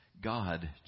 God